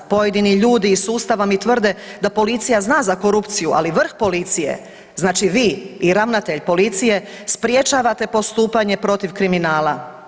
Pojedini ljudi iz sustava mi tvrde da policija za korupciju, ali vrh policije, znači vi i ravnatelj policije sprječavate postupanje protiv kriminala.